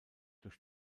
durch